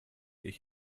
ich